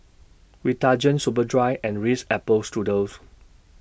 Vitagen Superdry and Ritz Apple Strudels